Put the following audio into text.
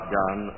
done